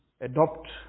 adopt